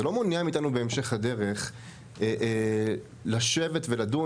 זה לא מונע מאיתנו בהמשך הדרך לשבת ולדון